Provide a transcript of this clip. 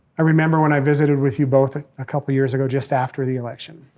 i remember when i visited with you both a couple of years ago, just after the election,